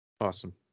Awesome